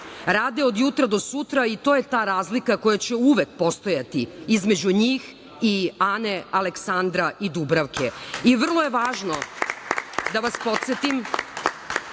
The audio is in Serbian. rade od jutra do sutra, i to je ta razlika koja će uvek postojati između njih i Ane, Aleksandra i Dubravke i vrlo je važno da vas podsetim